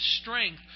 strength